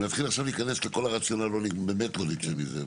נתחיל עכשיו להיכנס לכל הרציונל באמת לא נצא מזה.